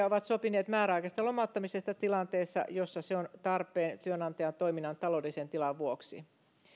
ovat sopineet määräaikaisesta lomauttamisesta tilanteessa jossa se on tarpeen työnantajan toiminnan taloudellisen tilan vuoksi